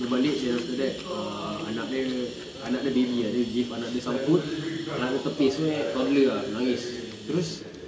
dia balik then after that err anak dia anak dia baby dia give anak dia some food anak dia tepis toddler ah nangis terus